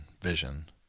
vision